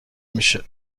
میشه